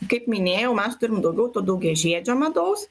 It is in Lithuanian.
kaip minėjau mes turim daugiau to daugiažiedžio medaus